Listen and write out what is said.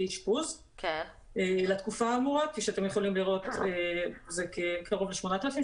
אשפוז לתקופה האמורה וכפי שאתם יכולים לראות זה קרוב ל-8,000,